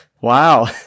wow